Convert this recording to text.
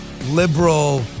liberal